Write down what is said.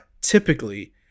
typically